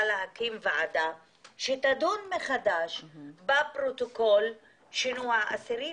להקים ועדה שתדון מחדש בפרוטוקול שינוע אסירים.